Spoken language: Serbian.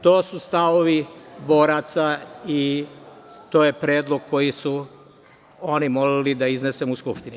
To su stavovi boraca i to je predlog koji su oni molili da iznesem u Skupštini.